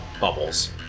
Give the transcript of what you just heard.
bubbles